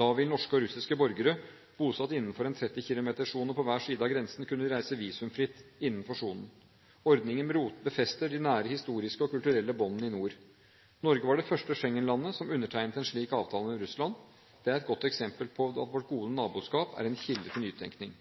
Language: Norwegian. Da vil norske og russiske borgere bosatt innenfor en 30 km-sone på hver side av grensen kunne reise visumfritt innenfor sonen. Ordningen befester de nære historiske og kulturelle båndene i nord. Norge var det første Schengen-landet som undertegnet en slik avtale med Russland. Det er et godt eksempel på at vårt gode naboskap er en kilde til nytenkning.